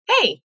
Hey